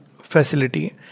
facility